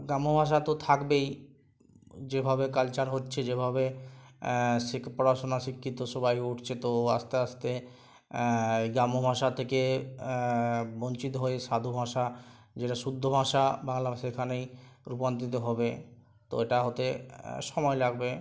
গ্রাম্য ভাষা তো থাকবেই যেভাবে কালচার হচ্চে যেভাবে শিখ পড়াশোনা শিক্ষিত সবাই হয়ে উঠছে তো আস্তে আস্তে গ্রাম্য ভাষা থেকে বঞ্চিত হয়ে সাধু ভাষা যেটা শুদ্ধ ভাষা বাংলা ভাষা সেখানেই রুপান্তরিত হবে তো ওটা হতে সময় লাগবে